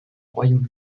royaume